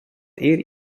eir